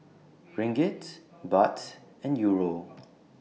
Ringgit Baht and Euro